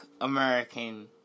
American